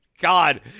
God